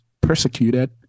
persecuted